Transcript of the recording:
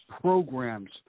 programs